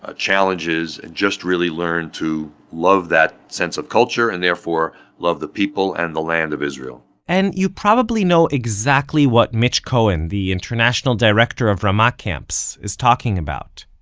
ah challenges and just really learn to love that sense of culture and therefore love the people and the land of israel and you probably know exactly what mitch cohen, the international director of ramah camps, is talking about.